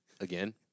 Again